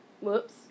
whoops